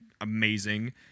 amazing